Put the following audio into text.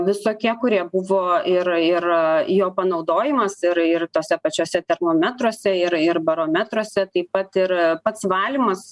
visokie kurie buvo ir ir jo panaudojimas ir ir tuose pačiuose termometruose ir ir barometruose taip pat ir pats valymas